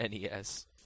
NES